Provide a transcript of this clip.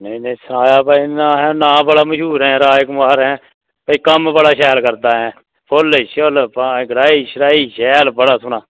आं मिगी सनाया भई नाम बड़ा मश्हूर ऐ राजकुमार ते कम्म बड़ा शैल करदा ऐहें फुल्ल गुड्डाई शैल इंया